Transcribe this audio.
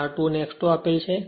R 2 અને X2 આપેલ છે